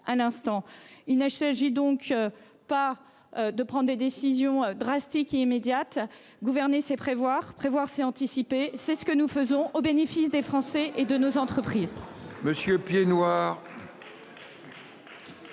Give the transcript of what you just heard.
il ne s'agit pas de prendre des solutions drastiques et immédiates. Mais gouverner, c'est prévoir, et prévoir, c'est anticiper. C'est ce que nous faisons, au bénéfice des Français et de nos entreprises.